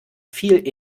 viel